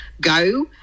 go